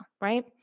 Right